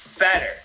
better